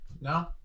No